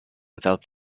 without